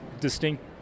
distinct